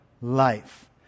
life